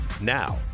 Now